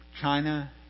China